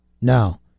No